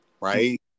right